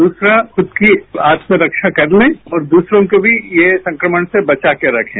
दूसरा खुद की आत्मरक्षा करने और दूसरों को भी ये संक्रमण से बचा कर रखें